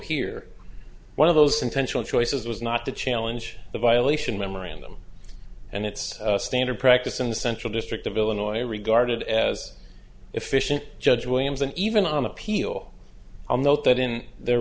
here one of those intentional choices was not to challenge the violation memorandum and it's standard practice in the central district of illinois regarded as efficient judge williams and even on appeal on that that in their